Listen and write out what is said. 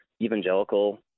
evangelical